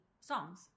songs